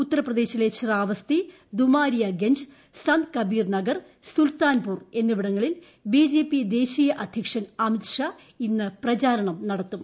ഉത്തർപ്രദേശിലെ ശ്രാവസ്തി ദുമാരിയഗുഞ്ച് ് ്സന്ത് കബീർ നഗർ സുൽത്താൻ പൂർ എന്നിവിടങ്ങളിൽ ബ്രിിട്ട്ജ്പി ദേശീയ അധ്യക്ഷൻ അമിത് ഷാ ഇന്ന് പ്രചാരണം നടത്തും